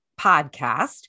Podcast